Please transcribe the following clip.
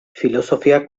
filosofia